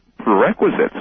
Prerequisites